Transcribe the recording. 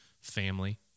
family